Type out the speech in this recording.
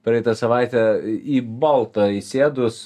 praeitą savaitę į boltą įsėdus